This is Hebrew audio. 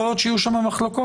יכול להיות שיהיו שם מחלוקות,